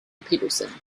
pedersen